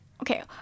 okay